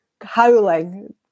howling